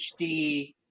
HD